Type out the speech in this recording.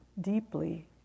deeply